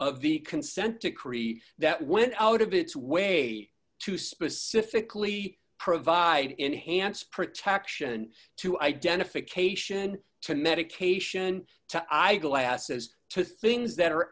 of the consent decree that went out of its way to specifically provide enhanced protection to identification to medication to eyeglasses to things that are